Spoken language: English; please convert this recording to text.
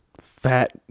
fat